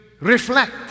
reflect